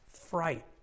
fright